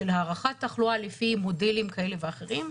של הערכת תחלואה לפי מודלים כאלה ואחרים,